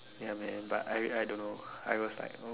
ya man but I I don't know I was like oh